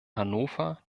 hannover